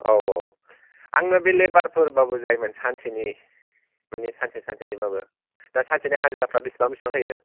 औ औ आंनो बे लेबारफोरबाबो जायोमोन सानसेनि मानि सानसे सानसेनिबाबो दा सानसेनि हाजिराफ्रा बिसिबां बिसिबां होयो